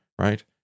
right